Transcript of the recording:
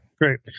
great